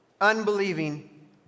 unbelieving